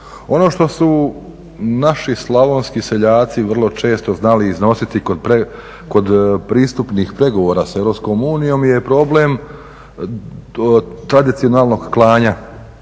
Ono što su naši slavonski seljaci vrlo često znali iznositi kod pristupnih pregovora s EU je problem tradicionalnog klanja